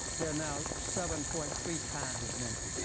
there are now seven point three times as many.